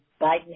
Biden